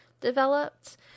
developed